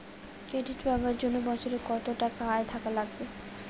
Credit পাবার জন্যে বছরে কত টাকা আয় থাকা লাগবে?